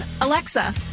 Alexa